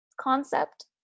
concept